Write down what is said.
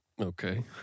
Okay